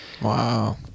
Wow